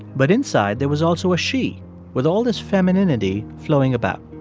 but inside, there was also a she with all this femininity flowing about.